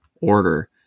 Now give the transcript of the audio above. order